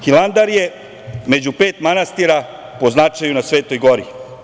Hilandar je među pet manastira po značaju na Svetoj gori.